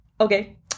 Okay